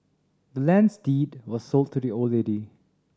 the land's deed was sold to the old lady